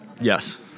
Yes